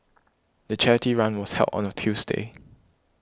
the charity run was held on a Tuesday